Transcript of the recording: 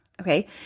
Okay